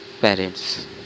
parents